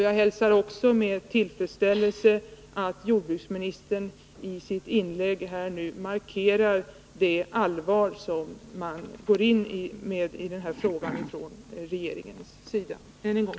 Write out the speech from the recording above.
Jag hälsar också med tillfredsställelse att jordbruksministern i sitt inlägg markerar det allvar som man från regeringens sida går in med i den här frågan. Jag tackar än en gång för svaret.